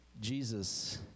Jesus